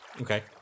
Okay